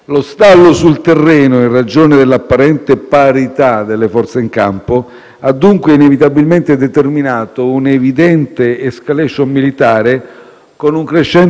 Ad oggi gli scontri hanno spinto circa 18.000 persone ad abbandonare le proprie abitazioni e gli sfollati interni sembrerebbero ancora in aumento.